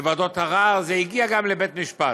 וועדות ערר, זה הגיע גם לבית משפט.